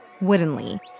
woodenly